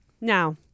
Now